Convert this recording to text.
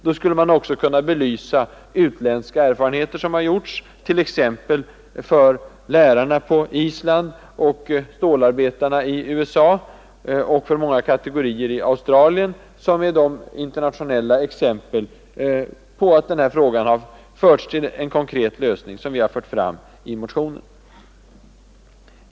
Då skulle man också kunna belysa utländska erfarenheter som har gjorts, t.ex. i fråga om lärarna på Island, stålarbetarna i USA och många kategorier i Australien — det är de internationella exempel på att denna fråga har förts till en konkret lösning som vi har givit i motionen.